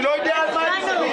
אני לא יודע על מה הצביעו.